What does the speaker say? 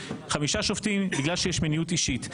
חמישה שופטים בגלל שיש מניעות אישית.